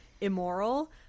immoral